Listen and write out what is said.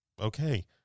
okay